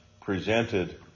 presented